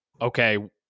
okay